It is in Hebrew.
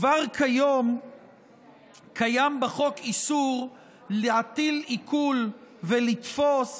כבר כיום קיים בחוק איסור להטיל עיקול ולתפוס